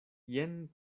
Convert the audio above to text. jen